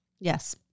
Yes